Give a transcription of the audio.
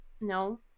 No